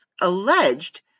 alleged